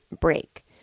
break